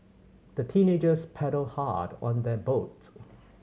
the teenagers paddled hard on their boat